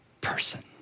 person